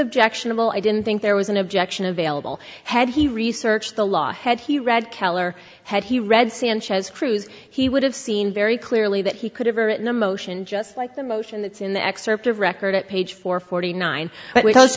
objectionable i didn't think there was an objection available had he researched the law had he read keller had he read sanchez cruz he would have seen very clearly that he could have written a motion just like the motion that's in the excerpt of record at page four forty nine but